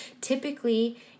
Typically